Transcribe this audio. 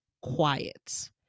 quiet